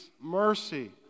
mercy